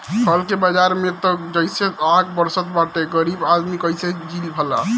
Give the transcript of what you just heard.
फल के बाजार में त जइसे आग बरसत बाटे गरीब आदमी कइसे जी भला